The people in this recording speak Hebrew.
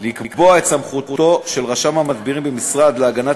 לקבוע את סמכותו של רשם המדבירים במשרד להגנת